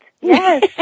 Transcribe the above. Yes